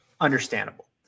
Understandable